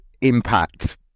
impact